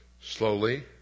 slowly